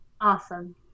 Awesome